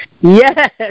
Yes